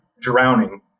drowning